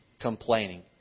complaining